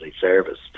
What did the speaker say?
service